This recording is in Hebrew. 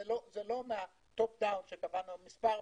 לא סתם קבענו מספר,